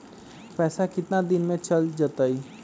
पैसा कितना दिन में चल जतई?